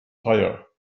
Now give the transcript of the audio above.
tyre